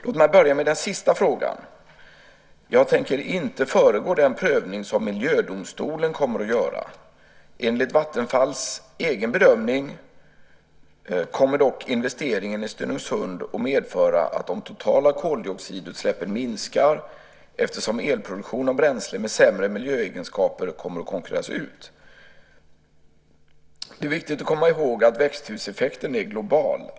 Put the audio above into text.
Låt mig börja med den sista frågan. Jag tänker inte föregå den prövning som miljödomstolen kommer att göra. Enligt Vattenfalls egen bedömning kommer dock investeringen i Stenungsund att medföra att de totala koldioxidutsläppen minskar, eftersom elproduktion av bränsle med sämre miljöegenskaper kommer att konkurreras ut. Det är viktigt att komma ihåg att växthuseffekten är global.